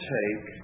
take